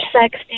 sex